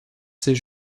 ses